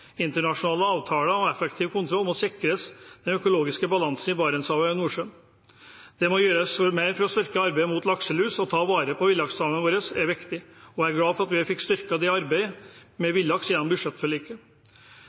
Internasjonale avtaler og effektiv kontroll må sikre den økologiske balansen i Barentshavet og i Nordsjøen. Det må gjøres mer for å styrke arbeidet mot lakselus. Å ta vare på villaksstammen vår er viktig, og jeg er glad for at vi fikk styrket arbeidet med